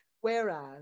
Whereas